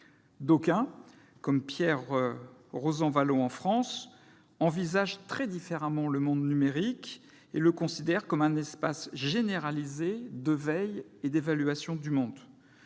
D'aucuns, comme Pierre Rosanvallon en France, envisagent très différemment le monde numérique, qu'ils considèrent comme « un espace généralisé de veille et d'évaluation du monde